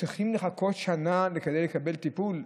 צריכים לחכות שנה כדי לקבל טיפול.